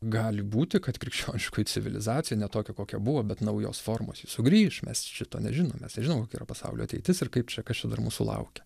gali būti kad krikščioniškoji civilizacija ne tokia kokia buvo bet naujos formos sugrįš mes šito nežinome nes nežinau kokia yra pasaulio ateitis ir kaip čia kas čia dar mūsų laukia